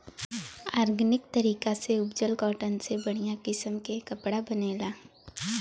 organic तरीका से उपजल कॉटन से बढ़िया किसम के कपड़ा बनेला